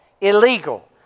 illegal